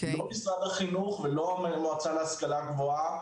לא משרד החינוך ולא המועצה להשכלה גבוהה